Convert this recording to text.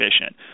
efficient